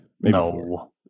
No